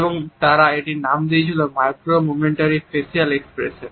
এবং তারা এটির নাম দিয়েছিল মাইক্রো মমেন্টারি ফেসিয়াল এক্সপ্রেশন